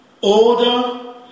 order